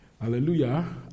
Hallelujah